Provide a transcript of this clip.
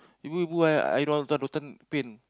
ibu eh I don't want rotan pain